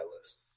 list